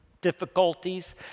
difficulties